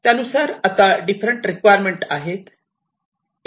त्यानुसार आता different communication requirement आहे